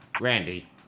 Randy